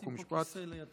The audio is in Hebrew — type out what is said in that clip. חוק ומשפט.